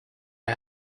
had